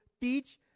teach